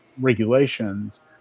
regulations